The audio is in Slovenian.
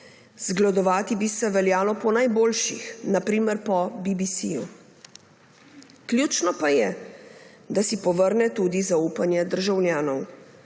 Zgledovati bi se veljalo po najboljših, na primer po BBC. Ključno pa je, da si povrne tudi zaupanje državljanov.